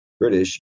British